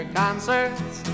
concerts